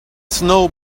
snow